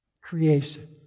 creation